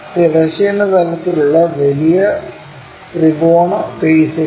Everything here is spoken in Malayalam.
തിരശ്ചീന തലത്തിലുള്ള വലിയ ത്രികോണ ഫെയ്സ്സുകളും